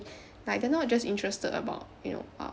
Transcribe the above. like they're not just interested about you know um